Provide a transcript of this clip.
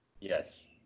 Yes